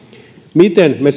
miten me